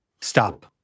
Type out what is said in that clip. stop